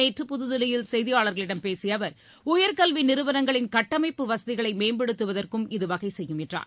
நேற்று புதுதில்லியில் செய்தியாளர்களிடம் பேசிய அவர் உயர் கல்வி நிறுவங்களின் கட்டமைப்பு வசதிகளை மேம்படுத்துவதற்கும் இது வகை செய்யும் என்றார்